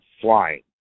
flying